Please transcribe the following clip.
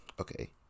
okay